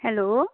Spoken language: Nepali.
हेलो